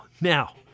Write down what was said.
Now